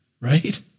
right